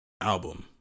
Album